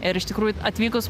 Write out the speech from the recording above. ir iš tikrųjų atvykus